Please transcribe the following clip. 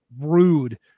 rude